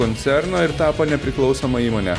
koncerno ir tapo nepriklausoma įmonė